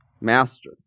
master